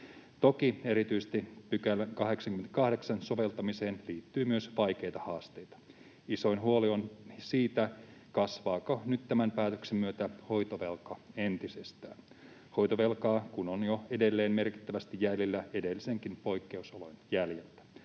Toki erityisesti 88 §:n soveltamiseen liittyy myös vaikeita haasteita. Isoin huoli on siitä, kasvaako nyt tämän päätöksen myötä hoitovelka entisestään — hoitovelkaa kun on edelleen merkittävästi jäljellä edellisenkin poikkeusolon jäljiltä.